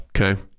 Okay